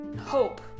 hope